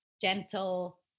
gentle